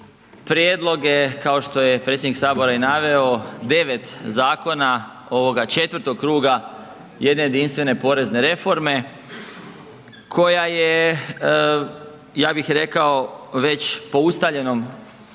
prijedloge kao što je predsjednik Sabora i naveo 9 zakona ovoga četvrtog kruga jedne jedinstvene porezne reforme koja je ja bih rekao, već po ustaljenom